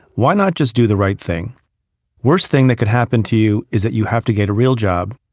why not just do the right thing worst thing that could happen to you is that you have to get a real job.